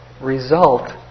result